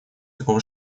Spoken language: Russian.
такого